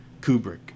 Kubrick